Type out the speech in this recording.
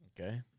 Okay